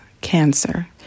cancer